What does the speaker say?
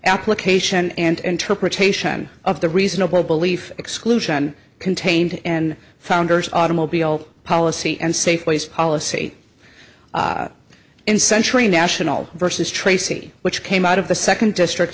application and interpretation of the reasonable belief exclusion contained in founders automobile policy and safeways policy in century national versus tracy which came out of the second district